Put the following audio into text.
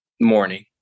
morning